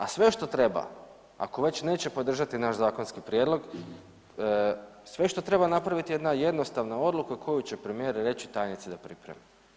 A sve što treba, ako već neće podržati naš zakonski prijedlog, sve što treba napraviti jedna jednostavna odluka koju će premijer reći tajnici da pripremi.